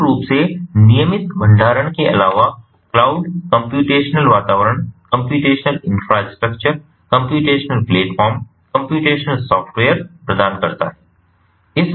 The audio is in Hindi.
मूल रूप से नियमित भंडारण के अलावा क्लाउड कम्प्यूटेशनल वातावरण computational infrastructure computational platform computational software प्रदान करता है